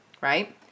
right